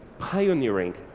pioneering.